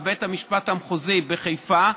בבית המשפט המחוזי בחיפה,